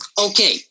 Okay